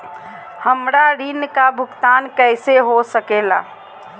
हमरा ऋण का भुगतान कैसे हो सके ला?